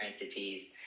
entities